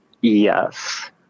yes